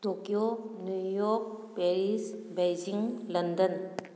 Tokyo New York Paris Beijing London